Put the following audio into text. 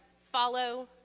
follow